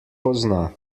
pozna